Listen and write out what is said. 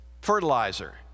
fertilizer